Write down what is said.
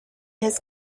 his